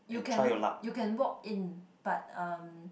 you can walk in but um